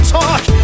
talk